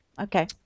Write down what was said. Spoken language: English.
okay